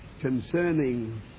concerning